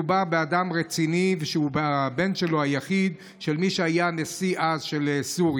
שאכן באמת מדובר באדם רציני ושהוא הבן היחיד של מי שהיה אז נשיא סוריה?